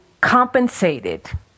compensated